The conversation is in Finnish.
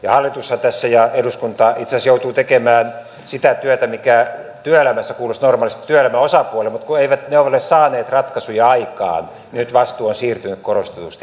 ja hallitushan tässä ja eduskunta itse asiassa joutuvat tekemään sitä työtä mikä työelämässä kuuluisi normaalisti työelämän osapuolille mutta kun eivät ne ole saaneet ratkaisuja aikaan niin nyt vastuu on siirtynyt korostetusti hallitukselle